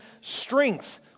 strength